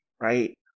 right